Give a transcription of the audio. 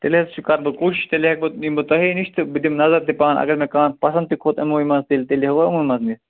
تیٚلہِ حظ چھُ کَرٕ بہٕ کوٗشِش تیٚلہِ ہیٚکہٕ بہٕ یِم بہٕ تۄہے نِش تہِ بہٕ دِم نظر تہِ پانٔے اَگر مےٚ کانٛہہ پَسنٛد تہِ کھۄت یِموٕے منٛز تیٚلہِ تیٚلہِ ہیٚکَو یموٕے منٛز نِتھ